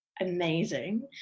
Amazing